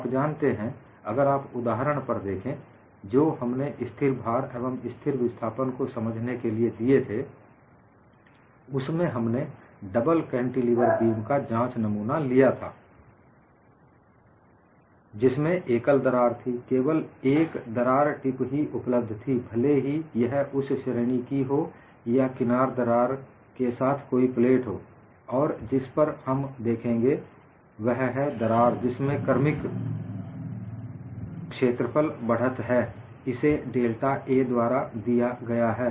आप जानते हैं अगर आप उदाहरण पर देखें जो हमने स्थिर भार एवं स्थिर विस्थापन को समझाने के लिए दिए थे उसमें हमने डबल कैंटीलेवर बीम का जांच नमूना लिया था जिसमें एकल दरार थी केवल एक दरार टिप ही उपलब्ध थी भले ही यह उस श्रेणी की हो या किनार दरार के साथ कोई प्लेट हो और जिस पर हम देखेंगे वह है दरार जिसमें क्रमिक क्षेत्रफल बढ़त है इसे डेल्टा A द्वारा दिया गया है